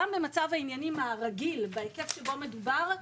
גם במצב העניינים הרגיל בהיקף שבו מדובר,